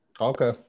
Okay